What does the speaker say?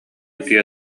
утуйа